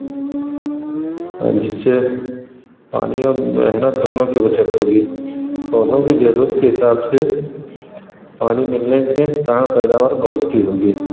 और जिससे पानी और मेहनत दोनों की बचत होगी पौधों की ज़रूरत के हिसाब से पानी मिलने के कहाँ पैदावार बढ़ती होगी